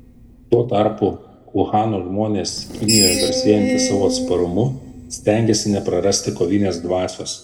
tuo tarpu uhano žmonės kinijoje garsėjantys savo atsparumu stengiasi neprarasti kovinės dvasios